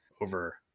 over